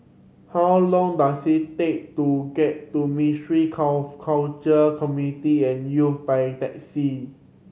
how long does it take to get to Ministry Culture Community and Youth by taxi